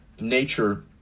nature